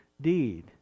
deed